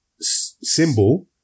symbol